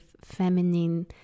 feminine